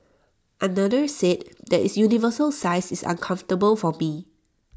another said that its universal size is uncomfortable for me